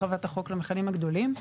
הרחבת החוק למכלים הגדולים.